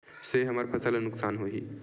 से हमर फसल ला नुकसान होही?